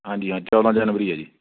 ਹਾਂਜੀ ਹਾਂ ਚੌਦ੍ਹਾਂ ਜਨਵਰੀ ਹੈ ਜੀ